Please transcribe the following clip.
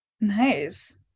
Nice